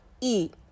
eat